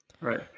Right